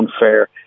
unfair